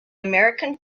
american